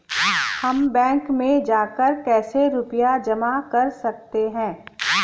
हम बैंक में जाकर कैसे रुपया जमा कर सकते हैं?